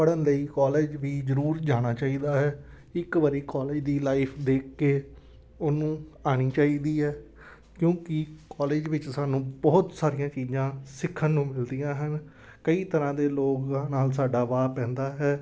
ਪੜ੍ਹਨ ਲਈ ਕੋਲੇਜ ਵੀ ਜ਼ਰੂਰ ਜਾਣਾ ਚਾਹੀਦਾ ਹੈ ਇੱਕ ਵਾਰੀ ਕੋਲੇਜ ਦੀ ਲਾਈਫ ਦੇਖ ਕੇ ਉਹਨੂੰ ਆਉਣੀ ਚਾਹੀਦੀ ਹੈ ਕਿਉਂਕਿ ਕੋਲੇਜ ਵਿੱਚ ਸਾਨੂੰ ਬਹੁਤ ਸਾਰੀਆਂ ਚੀਜਾਂ ਸਿੱਖਣ ਨੂੰ ਮਿਲਦੀਆਂ ਹਨ ਕਈ ਤਰ੍ਹਾਂ ਦੇ ਲੋਕਾਂ ਨਾਲ ਸਾਡਾ ਵਾਹ ਪੈਂਦਾ ਹੈ